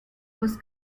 was